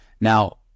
Now